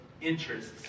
interests